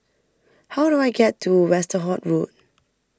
how do I get to Westerhout Road